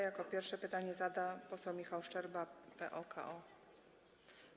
Jako pierwszy pytanie zada poseł Michał Szczerba, PO-KO.